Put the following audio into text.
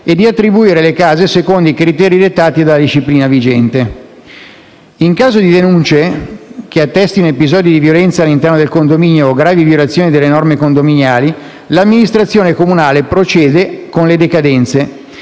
e di attribuire le case popolari secondo, i criteri dettati dalla disciplina vigente. In caso di denunce che attestino episodi di violenza all'interno del condominio o gravi violazioni delle norme condominiali, l'amministrazione comunale procede con le decadenze,